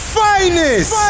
finest